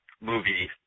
movie